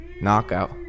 knockout